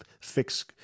fix